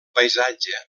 paisatge